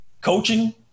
Coaching